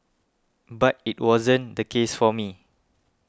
but it wasn't the case for me